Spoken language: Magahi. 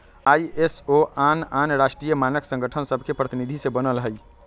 आई.एस.ओ आन आन राष्ट्रीय मानक संगठन सभके प्रतिनिधि से बनल हइ